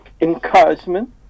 encouragement